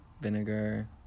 vinegar